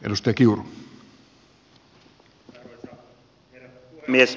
arvoisa herra puhemies